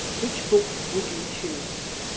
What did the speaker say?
which book would you choose?